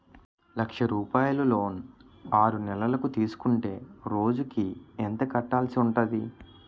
లక్ష రూపాయలు లోన్ ఆరునెలల కు తీసుకుంటే రోజుకి ఎంత కట్టాల్సి ఉంటాది?